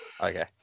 Okay